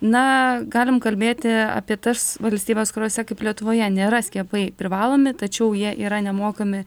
na galim kalbėti apie tas valstybes kuriose kaip lietuvoje nėra skiepai privalomi tačiau jie yra nemokami